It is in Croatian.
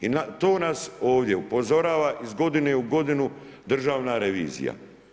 I to nas ovdje upozorava iz godine u godinu državna revizija.